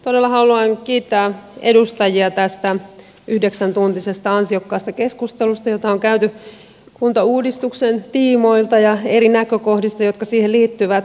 todella haluan kiittää edustajia tästä yhdeksäntuntisesta ansiokkaasta keskustelusta jota on käyty kuntauudistuksen tiimoilta ja eri näkökohdista jotka siihen liittyvät